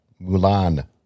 Mulan